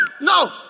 no